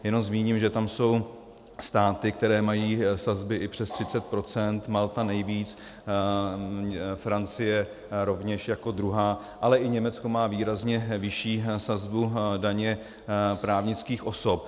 Jenom zmíním, že tam jsou státy, které mají sazby i přes 30 %, Malta nejvíc, Francie rovněž jako druhá, ale i Německo má výrazně vyšší sazbu daně právnických osob.